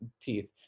teeth